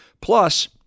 Plus